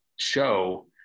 show